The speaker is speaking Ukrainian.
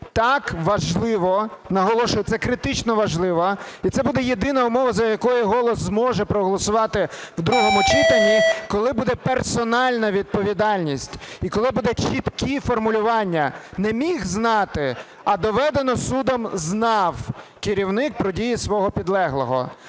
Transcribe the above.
Так, важливо, наголошую – це критично важливо, і це буде єдина умова, за якою "Голос" зможе проголосувати в другому читанні, коли буде персональна відповідальність. І коли будуть чіткі формулювання: не "міг знати", а "доведено судом, знав керівник про дії свого підлеглого".